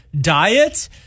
diet